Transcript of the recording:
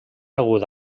agut